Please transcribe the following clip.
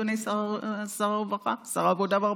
אדוני שר העבודה והרווחה?